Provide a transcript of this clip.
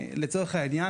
התשלומים.